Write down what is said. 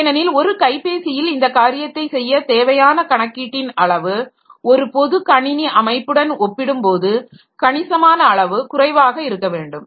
ஏனெனில் ஒரு கைபேசியில் இந்த காரியத்தைச் செய்ய தேவையான கணக்கீட்டின் அளவு ஒரு பொது கணினி அமைப்புடன் ஒப்பிடும்போது கணிசமான அளவு குறைவாக இருக்க வேண்டும்